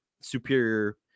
superior